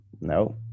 No